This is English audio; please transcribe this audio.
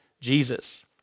Jesus